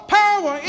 power